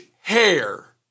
hair